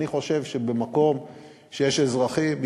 אני חושב שבמקום שיש אזרחים,